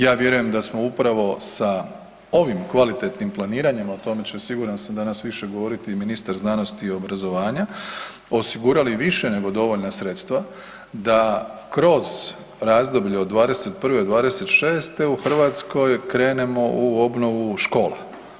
Ja vjerujem da smo upravo sa ovim kvalitetnim planiranjem, o tome će, siguran sam, danas više govoriti ministar znanosti i obrazovanja, osigurali više nego dovoljna sredstva da kroz razdoblje od '21.-'26. u Hrvatskoj krenemo u obnovu škola.